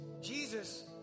Jesus